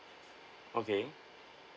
okay